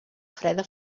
freda